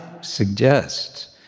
suggest